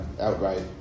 outright